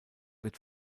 wird